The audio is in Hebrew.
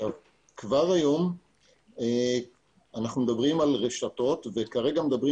כבר היום אנחנו מדברים על רשתות כרגע מדברים